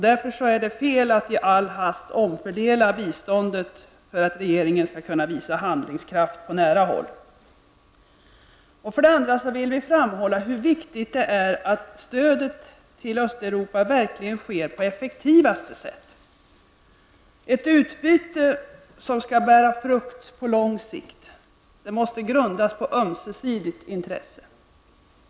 Därför är det fel av regeringen att i all hast omfördela biståndet för att regeringen skall kunna visa handlingskraft på nära håll. För det andra vill vi framhålla hur viktigt det är att stödet till Östeuropa verkligen sker på det mest effektiva sättet. Ett utbyte som skall bära frukt på lång sikt måste grundas på ömsesidigt intresse.